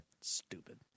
stupid